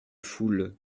foule